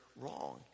wrong